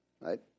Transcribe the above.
right